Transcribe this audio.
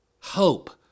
hope